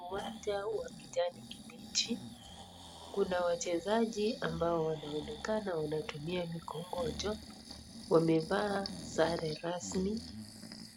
Uwanja wa kijani kibichi ,kuna wachezaji ambao wanaonekana wanatumia mikongocho wamevaa sare rasmi